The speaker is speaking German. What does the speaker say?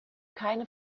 keine